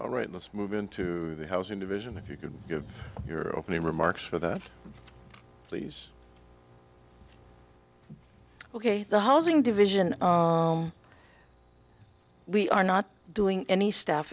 all right let's move into the housing division if you can give your opening remarks for that please ok the housing division we are not doing any staff